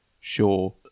sure